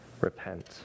repent